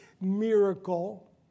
miracle